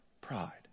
pride